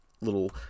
little